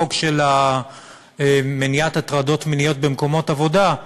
בחוק של מניעת הטרדות מיניות במקומות עבודה.